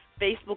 Facebook